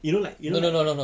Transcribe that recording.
you know like you know like